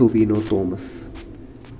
Tovino Thomas